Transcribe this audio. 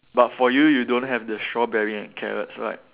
but for you you don't have the strawberry and carrots right